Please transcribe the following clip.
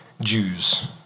Jews